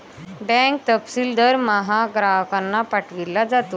bank तपशील दरमहा ग्राहकांना पाठविला जातो